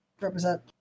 Represent